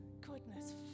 goodness